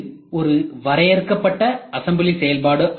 இது ஒரு வரையறுக்கப்பட்ட அசம்பிளி செயல்பாடு ஆகும்